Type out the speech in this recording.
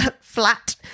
flat